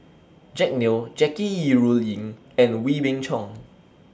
Jack Neo Jackie Yi Ru Ying and Wee Beng Chong